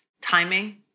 timing